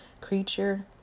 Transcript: creature